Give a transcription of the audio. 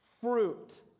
fruit